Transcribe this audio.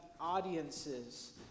audiences